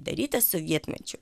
darytas sovietmečiu